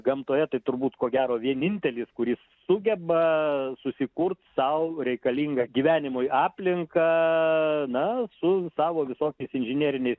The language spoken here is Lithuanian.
gamtoje tai turbūt ko gero vienintelis kuris sugeba susikurt sau reikalingą gyvenimui aplinką na su savo visokiais inžineriniais